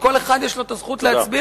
שכל אחד יש לו הזכות להצביע,